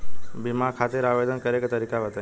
बीमा खातिर आवेदन करे के तरीका बताई?